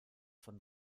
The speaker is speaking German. von